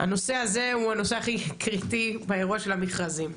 הנושא הזה הוא הנושא הכי קריטי באירוע של המכרזים.